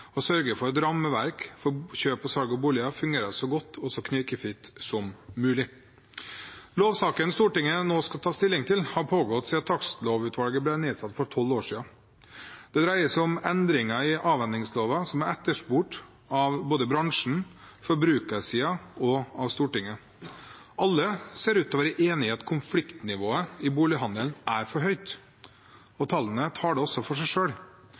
å sørge for et rammeverk for kjøp og salg av boliger som fungerer så godt og knirkefritt som mulig. Lovsaken Stortinget nå skal ta stilling til, har pågått siden takstlovutvalget ble nedsatt for tolv år siden. Det dreier seg om endringer i avhendingsloven som er etterspurt av både bransjen, forbrukersiden og Stortinget. Alle ser ut til å være enige i at konfliktnivået i bolighandelen er for høyt, og tallene taler også for seg.